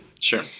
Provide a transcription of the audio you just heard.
Sure